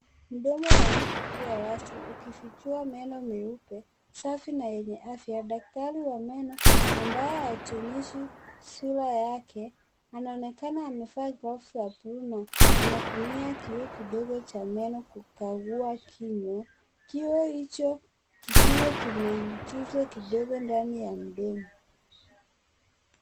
Mdomo wa mtu ukiwa wazi ukifichua meno meupe, safi na yenye afya. Daktari wa meno ambaye hajionyeshi sura yake anaonekana amevaa glavu za buluu na anatumia kioo kidogo cha meno kukagua kinywa. Kioo hicho kikiwa kimeingizwa kidogo ndani ya mdomo.